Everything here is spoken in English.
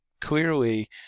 clearly